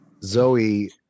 Zoe